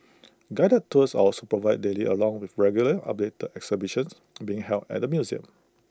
guided tours are also provided daily along with regular updated exhibitions being held at the museum